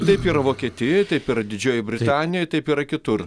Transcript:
taip yra vokietijoje taip yra didžiojoj britanijoj taip yra kitur